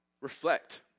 reflect